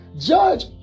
judge